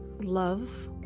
love